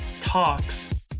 talks